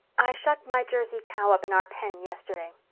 i shut my jersey cow up in our pen yesterday.